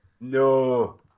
No